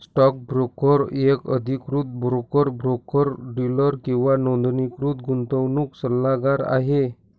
stock broker एक अधिकृत broker, broker dealer किंवा नोंदणीकृत गुंतवणूक सल्लागार आहे